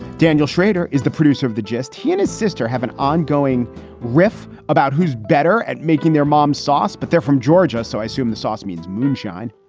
daniel schrader is the producer of the gist. he and his sister have an ongoing riff about who's better at making their moms source, but they're from georgia. so i assume the source means moonshine.